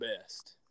best